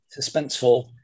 suspenseful